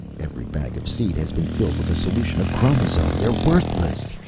every bag of seed has been filled with a solution of chromazone! they're worthless!